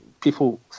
people